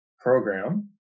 program